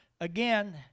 again